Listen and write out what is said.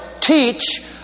teach